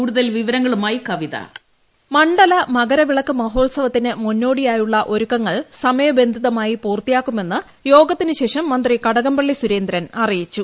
കൂടുതൽ വിവരങ്ങളുമായി കവിത വോയിസ് മണ്ഡല മകരവിളക്ക് മഹോത്സവത്തിന് മുന്നോടിയായുള്ളാ ഒരുക്കങ്ങൾ സയമബന്ധിതമായി പൂർത്തിയാക്കുമെന്ന് യോഗത്തിന് ശേഷം മന്ത്രി കടകംപള്ളി സുരേന്ദ്രൻ അറിയിച്ചു